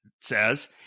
says